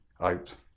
out